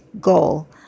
goal